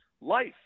life